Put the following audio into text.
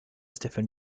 stephen